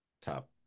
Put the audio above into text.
top